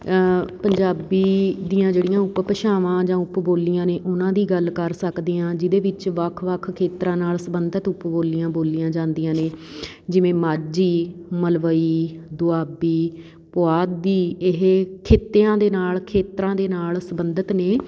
ਪੰਜਾਬੀ ਦੀਆਂ ਜਿਹੜੀਆਂ ਉਪਭਾਸ਼ਾਵਾਂ ਜਾਂ ਉਪਬੋਲੀਆਂ ਨੇ ਉਹਨਾਂ ਦੀ ਗੱਲ ਕਰ ਸਕਦੇ ਹਾਂ ਜਿਹਦੇ ਵਿੱਚ ਵੱਖ ਵੱਖ ਖੇਤਰਾਂ ਨਾਲ ਸੰਬੰਧਿਤ ਉਪਬੋਲੀਆਂ ਬੋਲੀਆਂ ਜਾਂਦੀਆਂ ਨੇ ਜਿਵੇਂ ਮਾਝੀ ਮਲਵਈ ਦੁਆਬੀ ਪੁਆਧੀ ਇਹ ਖਿੱਤਿਆਂ ਦੇ ਨਾਲ ਖੇਤਰਾਂ ਦੇ ਨਾਲ ਸੰਬੰਧਿਤ ਨੇ